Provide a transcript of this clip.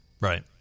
Right